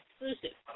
exclusive